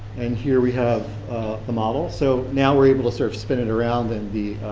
and here we have the model, so now we're able to sort of spin it around and the